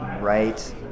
right